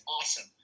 awesome